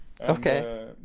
okay